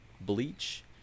Bleach